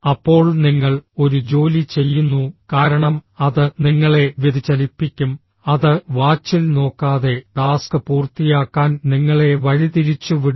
അപ്പോൾ നിങ്ങൾ ഒരു ജോലി ചെയ്യുന്നു കാരണം അത് നിങ്ങളെ വ്യതിചലിപ്പിക്കും അത് വാച്ചിൽ നോക്കാതെ ടാസ്ക് പൂർത്തിയാക്കാൻ നിങ്ങളെ വഴിതിരിച്ചുവിടും